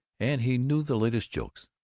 and he knew the latest jokes,